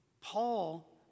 Paul